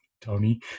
Tony